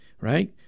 right